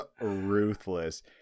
ruthless